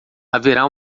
haverá